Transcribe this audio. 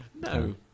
No